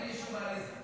אין לי אישור מעליזה.